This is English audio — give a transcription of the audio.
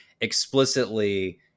explicitly